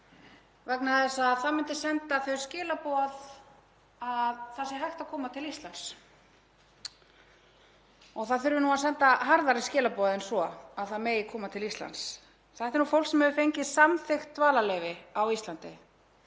vegna þess að það myndi senda þau skilaboð að það sé hægt að koma til Íslands. Það þurfi nú að senda harðari skilaboð en svo að það megi koma til Íslands. Þetta er fólk sem hefur fengið samþykkt dvalarleyfi á Íslandi.